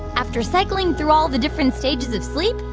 after cycling through all the different stages of sleep,